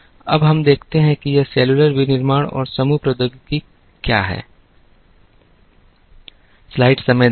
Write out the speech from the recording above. अब हम देखते हैं यह सेलुलर विनिर्माण और समूह प्रौद्योगिकी क्या है